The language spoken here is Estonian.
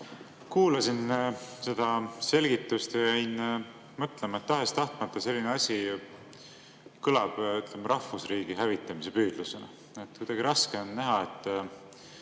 Kuulasin seda selgitust ja jäin mõtlema, et tahes-tahtmata selline asi kõlab rahvusriigi hävitamise püüdlusena. Kuidagi raske on näha,